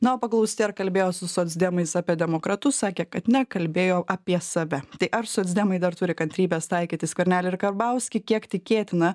na o paklausti ar kalbėjo su socdemais apie demokratus sakė kad nekalbėjo apie save tai ar socdemai dar turi kantrybės taikyti skvernelį ir karbauskį kiek tikėtina